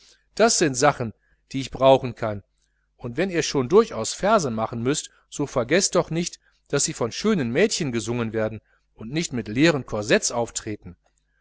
das sind sachen die ich brauchen kann und wenn ihr schon durchaus verse machen müßt so vergeßt doch nicht daß sie von schönen mädchen gesungen werden die nicht mit leeren corsetts auftreten